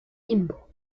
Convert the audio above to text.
limbo